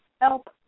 Help